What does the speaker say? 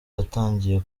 yatangiye